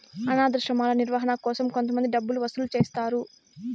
అనాధాశ్రమాల నిర్వహణ కోసం కొంతమంది డబ్బులు వసూలు చేస్తారు